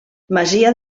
masia